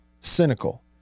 Cynical